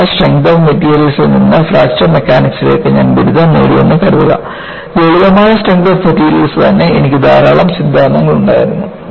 ലളിതമായ strength of മെറ്റീരിയൽസിൽ നിന്ന് ഫ്രാക്ചർ മെക്കാനിക്സിലേക്ക് ഞാൻ ബിരുദം നേടി എന്ന് കരുതുക ലളിതമായ സ്ട്രെങ്ത് ഓഫ് മെറ്റീരിയൽസിൽ തന്നെ എനിക്ക് ധാരാളം സിദ്ധാന്തങ്ങൾ ഉണ്ടായിരുന്നു